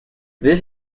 this